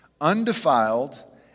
undefiled